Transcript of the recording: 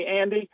Andy